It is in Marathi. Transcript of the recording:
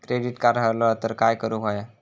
क्रेडिट कार्ड हरवला तर काय करुक होया?